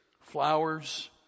flowers